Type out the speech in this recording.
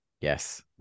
Yes